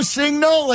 signal